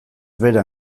bera